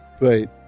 Right